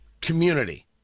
community